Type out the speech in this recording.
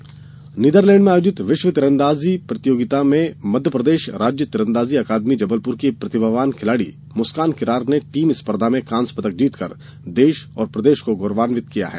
तीरंदाजी नीदरलैंड में आयोजित विश्व तीरंदाजी प्रतियोगिता में मध्य प्रदेश राज्य तीरंदाजी अकादमी जबलपुर की प्रतिभावान खिलाड़ी मुस्कान किरार ने टीम स्पर्धा में कांस्य पदक जीतकर देश और प्रदेश को गौरवान्वित किया है